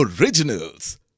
Originals